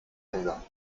kinder